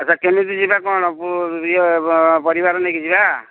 ଆଚ୍ଛା କେମିତି ଯିବା କ'ଣ ଇଏ ପରିବାର ନେଇକି ଯିବା